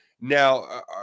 Now